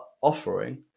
offering